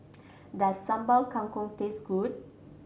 does Sambal Kangkong taste good